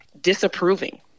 disapproving